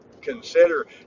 consider